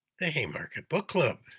the haymarket book club.